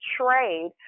trade